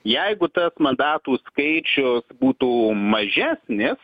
jeigu tas mandatų skaičių būtų mažesnis